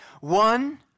one